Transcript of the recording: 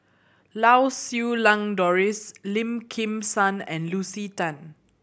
Lau Siew Lang Doris Lim Kim San and Lucy Tan